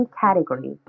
category